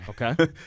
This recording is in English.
Okay